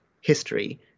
history